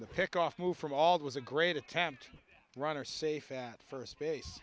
the pick off move from all was a great attempt runner safe at first base